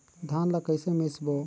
धान ला कइसे मिसबो?